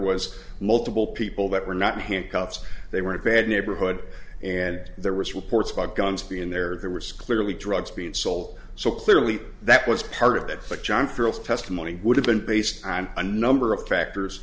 was multiple people that were not handcuffs they were bad neighborhood and there was reports about guns being there there was clearly drugs being soul so clearly that was part of it but john farrell's testimony would have been based i'm a number of factors